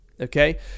Okay